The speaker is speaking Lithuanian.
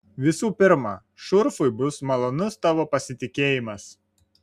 visų pirma šurfui bus malonus tavo pasitikėjimas